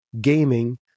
gaming